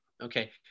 Okay